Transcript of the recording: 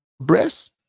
breast